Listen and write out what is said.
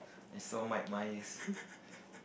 I saw might mine is